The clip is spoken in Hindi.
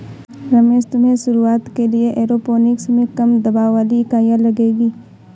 रमेश तुम्हें शुरुआत के लिए एरोपोनिक्स में कम दबाव वाली इकाइयां लगेगी